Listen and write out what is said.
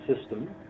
system